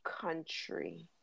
country